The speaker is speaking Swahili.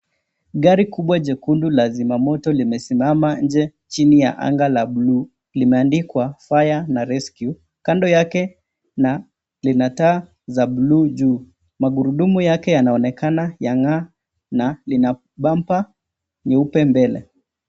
Gari kubwa jekundu la zimamoto limesimama nje, chini ya anga la blue limeandikwa fire na rescue kando yake na lina taa za blue juu. Magurudumu yake yanaoneka yang'aa na lina bumper nyeupe mbele.